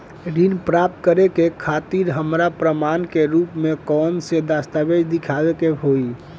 ऋण प्राप्त करे के खातिर हमरा प्रमाण के रूप में कउन से दस्तावेज़ दिखावे के होइ?